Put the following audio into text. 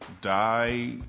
die